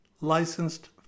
licensed